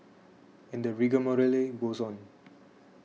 and the rigmarole goes on